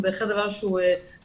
זה בהחלט דבר שהוא טוב.